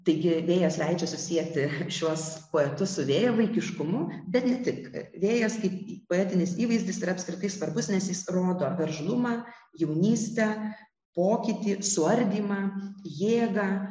taigi vėjas leidžia susieti šiuos poetus su vėjavaikiškumu bet ne tik vėjas kaip poetinis įvaizdis yra apskritai svarbus nes jis rodo veržlumą jaunystę pokytį suardymą jėgą